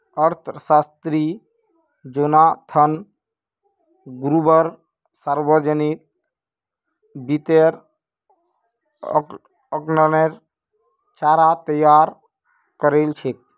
अर्थशास्त्री Jonathan Gruber सावर्जनिक वित्तेर आँकलनेर ढाँचा तैयार करील छेक